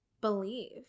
believe